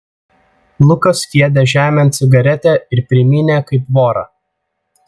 lukas sviedė žemėn cigaretę ir primynė kaip vorą